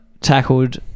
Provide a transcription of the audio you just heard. tackled